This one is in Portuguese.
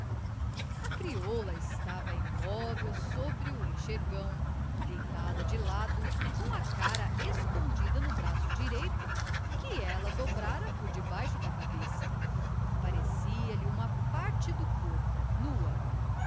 a crioula estava imóvel sobre o enxergão deitada de lado com a cara escondida no braço direito que ela dobrara por debaixo da cabeça aparecia-lhe uma parte do corpo nua